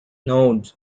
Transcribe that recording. nodes